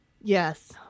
Yes